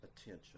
attention